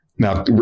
Now